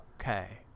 okay